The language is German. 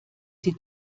sie